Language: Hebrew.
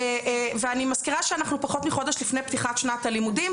אני מזכירה שאנחנו פחות מחודש לפני פתיחת שנת הלימודים.